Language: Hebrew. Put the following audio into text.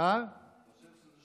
הוא חושב שזה,